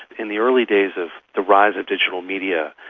in the early days of the rise of digital media,